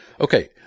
Okay